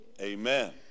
Amen